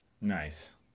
Nice